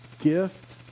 Gift